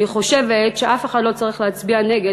אני חושבת שאף אחד לא צריך להצביע נגד,